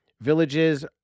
Villages